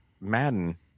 Madden